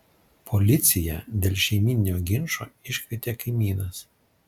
policiją dėl šeimyninio ginčo iškvietė kaimynas